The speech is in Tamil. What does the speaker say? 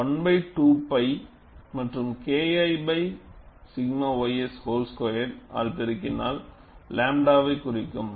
1 2 π மற்றும் KI 𝛔 ys வோல் ஸ்குயர்ட்ஆல் பெருக்கினால் 𝝺வை குறிக்கும்